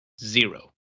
zero